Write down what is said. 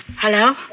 Hello